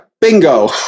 bingo